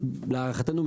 זה להערכתנו,